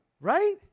Right